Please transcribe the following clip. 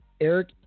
Eric